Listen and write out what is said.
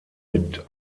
mit